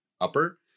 upper